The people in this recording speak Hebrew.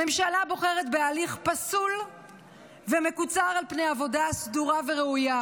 הממשלה בוחרת בהליך פסול ומקוצר על פני עבודה סדורה וראויה,